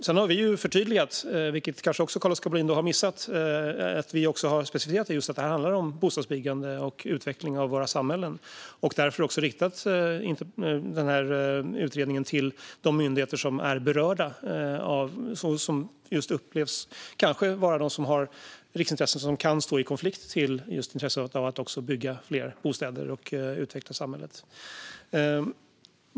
Sedan har vi förtydligat och specificerat att detta handlar om bostadsbyggande och utveckling av våra samhällen, vilket kanske Carl-Oskar Bohlin också har missat. Därför har denna utredning riktats till de myndigheter som är berörda i fråga om riksintressen som kan stå i konflikt när det gäller intresset av att bygga fler bostäder och utveckla samhället.